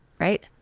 right